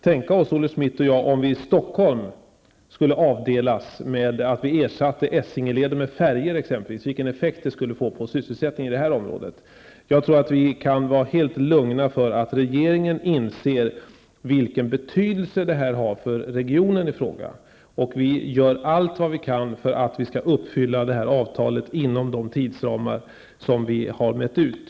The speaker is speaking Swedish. Olle Schmidt och jag kan ju bara tänka oss vilken effekt det skulle få på sysselsättningen om vi i Stockholm skulle ersätta Essingeleden med färjor. Man kan vara helt lugn för att regeringen inser vilken betydelse bron har för regionen i fråga. Vi gör allt vad vi kan för att avtalet skall uppfyllas inom de tidsramar som är utmätta.